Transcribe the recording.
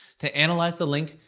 to analyze the link,